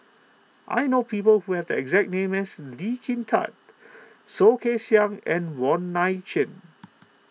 I know people who have the exact name as Lee Kin Tat Soh Kay Siang and Wong Nai Chin